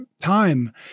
time